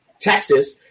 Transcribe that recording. Texas